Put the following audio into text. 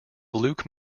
luke